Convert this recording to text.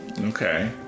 Okay